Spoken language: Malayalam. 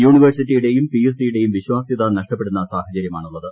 യൂണിവേഴ്സിറ്റിയുടെയും പിഎസ്സിയുടേയും വിശ്വാസൃത നഷ്ടപ്പെടുന്ന സാഹചര്യമാണുള്ളത്